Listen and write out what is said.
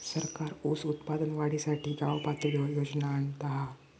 सरकार ऊस उत्पादन वाढीसाठी गावपातळीवर योजना आणता हा